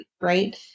right